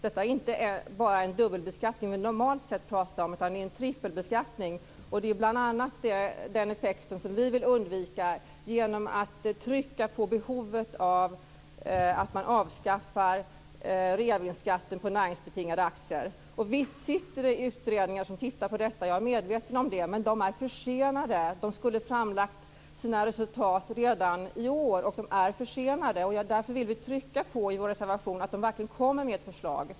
Detta är inte bara den dubbelbeskattning vi normalt sett pratar om utan en trippelbeskattning. Det är bl.a. den effekten som vi vill undvika genom att trycka på behovet av att man avskaffar reavinstskatten på näringsbetingade aktier. Visst sitter det utredningar som tittar på detta, jag är medveten om det. Men de är försenade. De skulle ha framlagt sina resultat redan i år, och de är försenade. Därför vill vi i vår reservation trycka på att de verkligen bör komma med ett förslag.